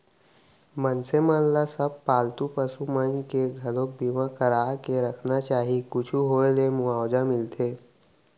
मनसे मन ल सब पालतू पसु मन के घलोक बीमा करा के रखना चाही कुछु होय ले मुवाजा मिलथे